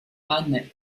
anne